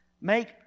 Make